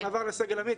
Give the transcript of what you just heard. מעבר לסגל עמית,